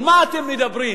על מה אתם מדברים?